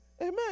Amen